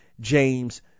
James